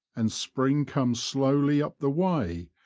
and spring comes slowly up the way,